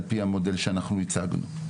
על פי המודל שאנחנו הצגנו.